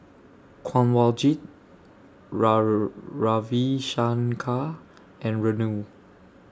Kanwaljit Ravi Shankar and Renu